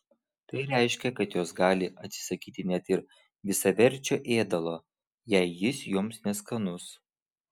tai reiškia kad jos gali atsisakyti net ir visaverčio ėdalo jei jis joms neskanus